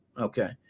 okay